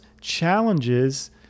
challenges